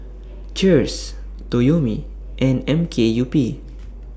Cheers Toyomi and M K U P